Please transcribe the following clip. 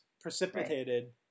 precipitated